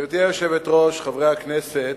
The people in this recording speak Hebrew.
גברתי היושבת-ראש, חברי הכנסת,